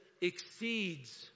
exceeds